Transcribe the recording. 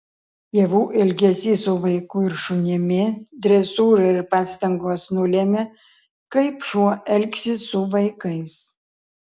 tėvų elgesys su vaiku ir šunimi dresūra ir pastangos nulemia kaip šuo elgsis su vaikais